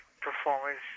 performers